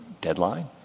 deadline